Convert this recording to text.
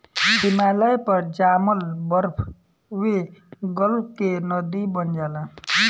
हिमालय पर जामल बरफवे गल के नदी बन जाला